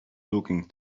looking